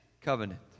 covenant